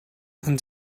and